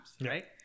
right